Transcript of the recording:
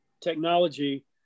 technology